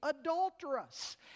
adulterous